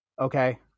okay